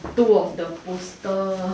two of the poster